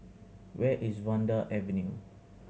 where is Vanda Avenue